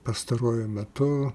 pastaruoju metu